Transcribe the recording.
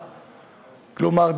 כלומר,